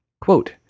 Quote